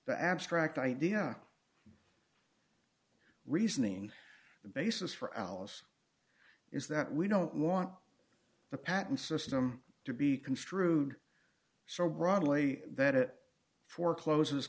the abstract idea reasoning the basis for alice is that we don't want the patent system to be construed so broadly that it forecloses